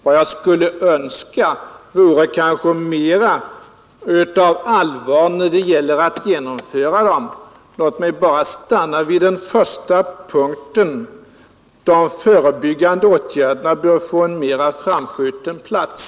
Vad jag nu skulle önska vore mer allvar när det gäller att genomföra programmet. Låt mig bara stanna vid den första punkten: De förebyggande åtgärderna bör få en mer framskjuten plats.